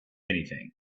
anything